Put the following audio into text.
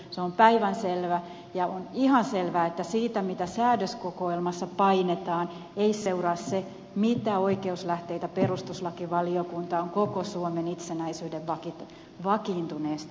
se on päivänselvä ja on ihan selvää että siitä mitä säädöskokoelmassa painetaan ei seuraa se mitä oikeuslähteitä perustuslakivaliokunta on koko suomen itsenäisyyden ajan vakiintuneesti käyttänyt